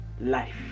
life